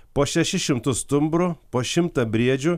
po šešis šimtus stumbrų po šimtą briedžių